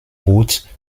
boot